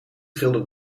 trilde